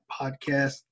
podcast